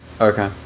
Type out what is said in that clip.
Okay